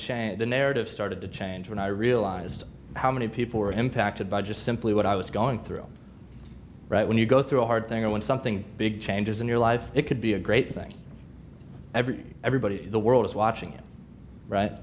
change the narrative started to change when i realized how many people were impacted by just simply what i was going through right when you go through a hard thing or when something big changes in your life it could be a great thing every everybody in the world is watching it right